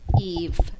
Eve